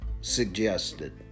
suggested